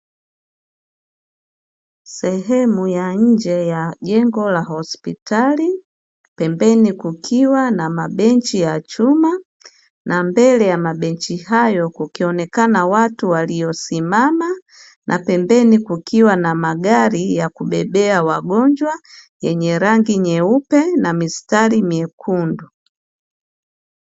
Sehemu ya nje ya jengo la hospitali pembeni kukiwa na mabenchi ya chuma, na mbele ya mabenchi hayo kukionekana watu waliosimama, na pembeni kukiwa na magari ya kubebea wagonjwa yenye rangi nyeupe na mistari mekundu.